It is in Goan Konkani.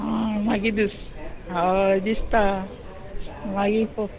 आं मागी दीस हय दिसता मागी